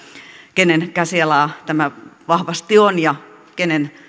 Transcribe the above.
kenen käsialaa tämä vahvasti on ja kenen